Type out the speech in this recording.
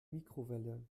mikrowelle